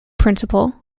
principal